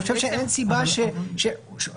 אני חושב שאין סיבה שוב,